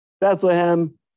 Bethlehem